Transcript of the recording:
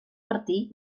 martí